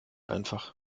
einfach